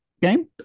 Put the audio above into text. Game